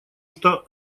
что